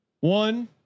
One